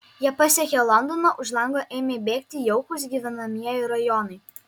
jie pasiekė londoną už lango ėmė bėgti jaukūs gyvenamieji rajonai